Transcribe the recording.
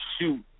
shoot